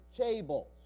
tables